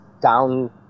down